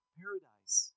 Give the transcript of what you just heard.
paradise